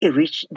reach